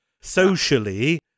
socially